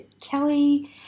Kelly